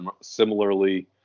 Similarly